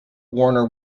warner